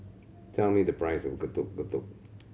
tell me the price of Getuk Getuk